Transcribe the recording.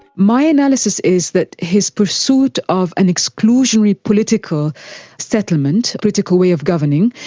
my analysis is that his pursuit of an exclusionary political settlement, political way of governing,